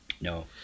No